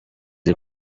iri